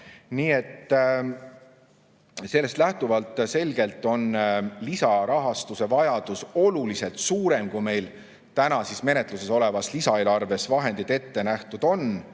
Nii et sellest lähtuvalt on selgelt lisarahastuse vajadus oluliselt suurem, kui meil täna menetluses olevas lisaeelarves vahendeid ette nähtud on.